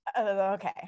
Okay